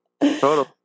total